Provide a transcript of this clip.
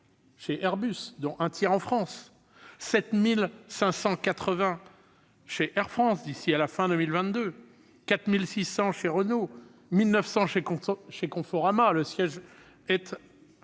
chez Airbus, dont un tiers en France, 7 580 chez Air France d'ici à la fin de l'année 2022, 4 600 chez Renault, 1 900 chez Conforama, dont le siège est